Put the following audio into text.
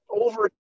over